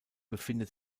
befindet